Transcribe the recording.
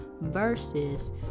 versus